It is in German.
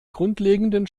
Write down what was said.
grundlegenden